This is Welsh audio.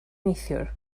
neithiwr